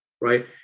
right